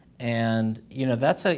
and, you know, that's a,